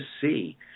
see